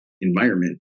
environment